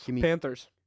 Panthers